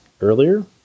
earlier